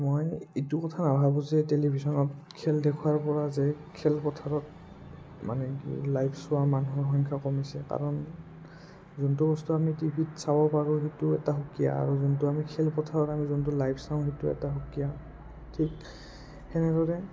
মই এইটো কথা নাভাবোঁ যে টেলিভিশ্যনত খেল দেখুৱাৰপৰা যে খেলপথাৰত মানে কি লাইভ চোৱা মানুহৰ সংখ্যা কমিছে কাৰণ যোনটো বস্তু আমি টি ভিত চাব পাৰোঁ সেইটো এটা সুকীয়া আৰু যোনটো আমি খেলপথাৰত আমি যোনটো লাইভ চাওঁ সেইটো এটা সুকীয়া ঠিক সেনেদৰে